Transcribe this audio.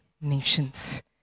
nations